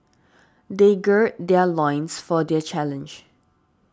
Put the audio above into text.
they gird their loins for the challenge